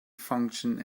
functions